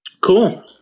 Cool